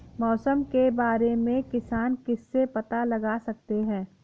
मौसम के बारे में किसान किससे पता लगा सकते हैं?